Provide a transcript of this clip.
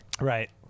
right